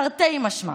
תרתי משמע.